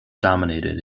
dominated